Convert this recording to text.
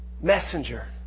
Messenger